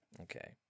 Okay